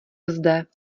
zde